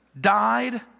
died